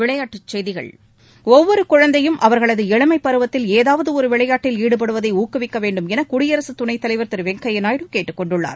விளையாட்டுச் செய்திகள் ஒவ்வொரு குழந்தையும் அவர்களது இளமைப்பருவத்தில் ஏதாவது ஒரு விளையாட்டில் ஈடுபடுவதை ஊக்குவிக்க வேண்டுமென குடியரசுத் துணைத்தலைவர் திருவெங்கையா நாயுடு கேட்டுக் கொண்டுள்ளார்